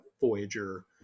Voyager